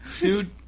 dude